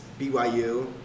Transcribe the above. BYU